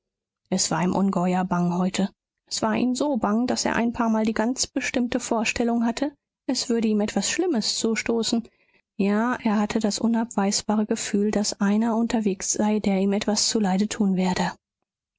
es war ihm ungeheuer bang heute es war ihm so bang daß er ein paarmal die ganz bestimmte vorstellung hatte es würde ihm etwas schlimmes zustoßen ja er hatte das unabweisbare gefühl daß einer unterwegs sei der ihm etwas zuleide tun werde